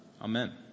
Amen